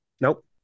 nope